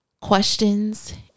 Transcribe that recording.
questions